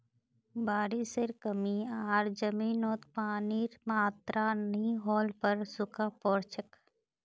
बारिशेर कमी आर जमीनत पानीर मात्रा नई होल पर सूखा पोर छेक